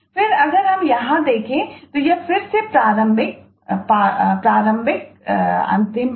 फिर अगर हम यहां देखें तो यह फिर से प्रारंभिक प्रारंभिक अंतिम है